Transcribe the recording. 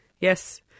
Yes